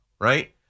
Right